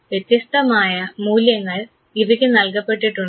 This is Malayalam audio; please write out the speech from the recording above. വ്യത്യസ്തമായ മൂല്യങ്ങൾ ഇവയ്ക്ക് നൽകപ്പെട്ടിട്ടുണ്ട്